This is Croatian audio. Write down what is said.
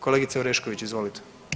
Kolegice Orešković, izvolite.